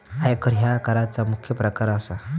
आयकर ह्या कराचा मुख्य प्रकार असा